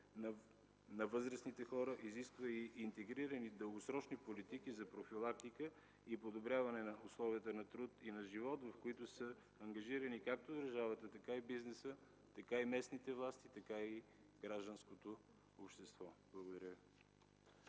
на възрастните хора”, изисква и интегрирани дългосрочни политики за профилактика и подобряване на условията на труд и на живот, в които са ангажирани както държавата, така и бизнеса, така и местните власти, така и гражданското общество. Благодаря